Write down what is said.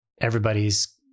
everybody's